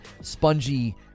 spongy